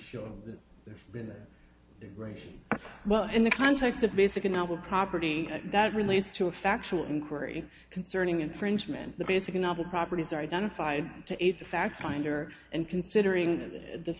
sure that this well in the context of basic a novel property that relates to a factual inquiry concerning infringement the basic novel properties are identified to aid the fact finder and considering this